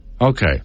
okay